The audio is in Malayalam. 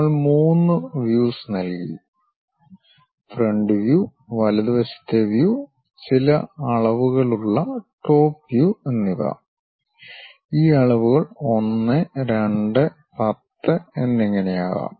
നമ്മൾ മൂന്ന് വ്യൂസ് നൽകി ഫ്രണ്ട് വ്യൂ വലതുവശത്തെ വ്യൂ ചില അളവുകളുള്ള ടോപ് വ്യൂ എന്നിവ ഈ അളവുകൾ 1 2 10 എന്നിങ്ങനെയാകാം